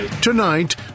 Tonight